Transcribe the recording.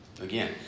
Again